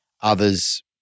others